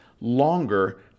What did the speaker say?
longer